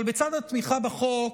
אבל בצד התמיכה בחוק,